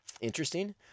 interesting